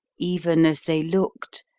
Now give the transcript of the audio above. even as they looked,